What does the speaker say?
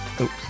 oops